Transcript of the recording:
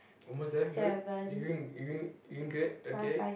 almost there good you doing you doing you doing good okay